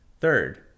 Third